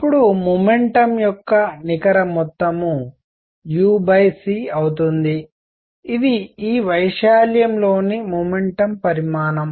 అప్పుడు మొమెంటం యొక్క నికర మొత్తం u c అవుతుంది ఇది ఈ వైశాల్యంలోని మొమెంటం పరిమాణం